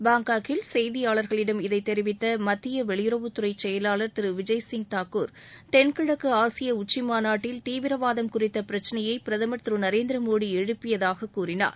பாங்காக்கில் செய்தியாளர்களிடம் இதை தெரிவித்த மத்திய வெளியுறவுத்துறை செயலாளர் திரு விஜய்சிங் தாக்கூர் தென்கிழக்கு ஆசிய உச்சிமாநாட்டில் தீவிரவாதம் குறித்த பிரச்சினையை பிரதமர் திரு நரேந்திரமோடி எழுப்பியதாக கூறினார்